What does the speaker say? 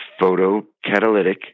photocatalytic